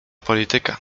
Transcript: polityka